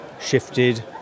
shifted